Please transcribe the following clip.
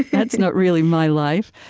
that's not really my life